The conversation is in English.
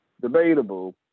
debatable